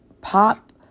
pop